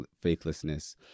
faithlessness